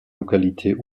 localités